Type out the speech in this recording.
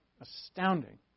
Astounding